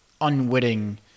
unwitting